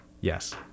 Yes